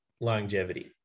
longevity